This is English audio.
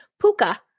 Puka